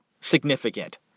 significant